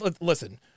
listen